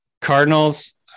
Cardinals